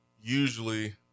usually